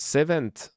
Seventh